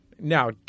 Now